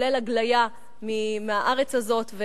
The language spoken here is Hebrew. כולל הגליה מהארץ הזאת,